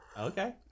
Okay